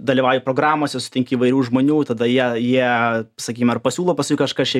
dalyvauji programose susitinki įvairių žmonių tada jie jie sakykim ar pasiūlo paskui kažką šiaip